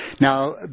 Now